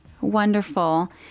wonderful